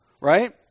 right